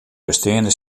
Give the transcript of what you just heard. besteande